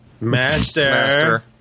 Master